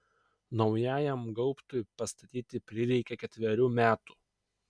naujajam gaubtui pastatyti prireikė ketverių metų